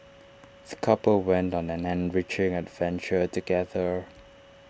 the couple went on an enriching adventure together